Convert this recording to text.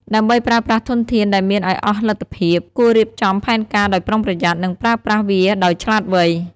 ដើម្បីប្រើប្រាស់ធនធានដែលមានឲ្យអស់លទ្ធភាព គួររៀបចំផែនការដោយប្រុងប្រយ័ត្ន និងប្រើប្រាស់វាដោយឆ្លាតវៃ។